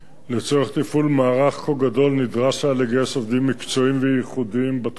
לצורך תפעול מערך כה גדול נדרש לגייס עובדים מקצועיים וייחודיים בתחום.